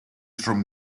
from